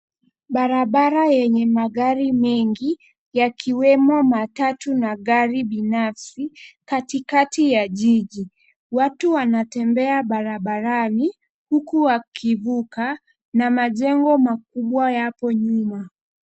Barabara yenye magari mengi yakiwemo matatu na gari binafsi katikati ya jiji. Watu wanatembea barabarani huku wakivuka na majengo makubwa yapo nyuma.